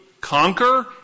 conquer